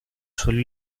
suelo